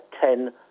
ten